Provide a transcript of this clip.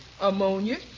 Ammonia